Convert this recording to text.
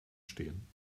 stehen